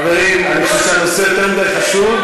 חברים, אני חושב שהנושא יותר מדי חשוב.